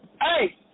hey